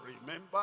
remember